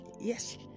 Yes